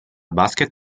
basket